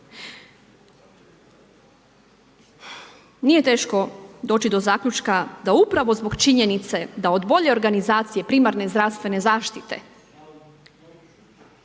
Nije teško doći do zaključka da upravo zbog činjenice da od bolje organizacije primarne zdravstvene zaštite,